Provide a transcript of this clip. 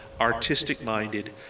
artistic-minded